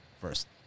first